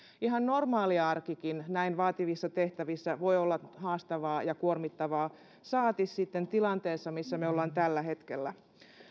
ihan normaali arkikin näin vaativissa tehtävissä voi olla haastavaa ja kuormittavaa saati sitten tilanteessa missä me olemme tällä hetkellä